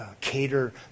cater